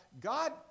God